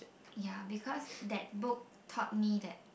ya because that book taught me that